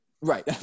Right